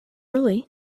early